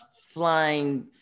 flying